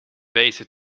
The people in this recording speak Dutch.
wezen